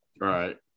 Right